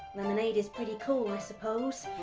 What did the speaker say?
lemonade is pretty cool i suppose.